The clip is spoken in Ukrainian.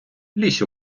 лізь